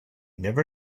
never